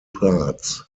parts